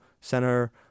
center